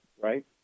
right